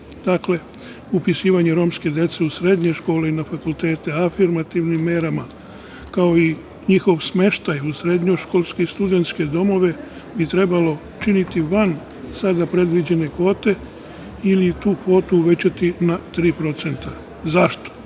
više. Dakle, upisivanje romske dece u srednje škole i na fakultete, afirmativnim merama, kao i njihov smeštaj u srednjoškolske i studentske domove trebalo bi činiti van sada predviđene kvote ili tu kvotu uvećati na 3%.Zašto?